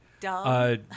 Dumb